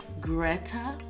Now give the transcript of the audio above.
Greta